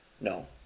No